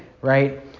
right